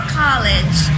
college